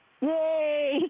Yay